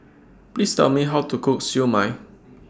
Please Tell Me How to Cook Siew Mai